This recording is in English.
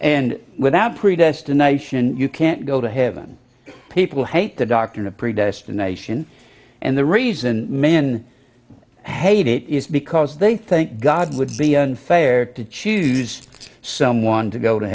and without predestination you can't go to heaven people hate the doctrine of predestination and the reason men had it is because they think god would be unfair to choose someone to go to